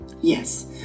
Yes